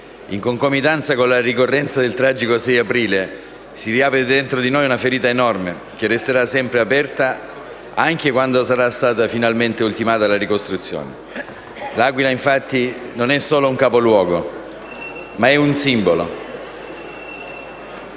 In concomitanza con la ricorrenza del tragico 6 aprile, si riapre dentro di noi una ferita enorme, che resterà sempre aperta, anche quando sarà stata ultimata la ricostruzione. L'Aquila, infatti, non è solo un capoluogo, ma è un simbolo,